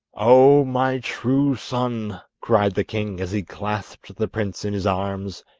oh, my true son cried the king as he clasped the prince in his arms,